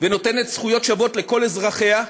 ונותנת זכויות שוות לכל אזרחיה.